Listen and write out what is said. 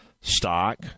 stock